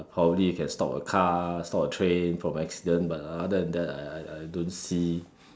probably you can stop a car stop a train from accident but other than that I I I don't see